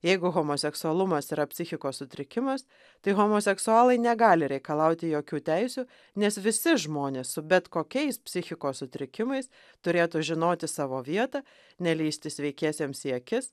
jeigu homoseksualumas yra psichikos sutrikimas tai homoseksualai negali reikalauti jokių teisių nes visi žmonės su bet kokiais psichikos sutrikimais turėtų žinoti savo vietą nelįsti sveikiesiems į akis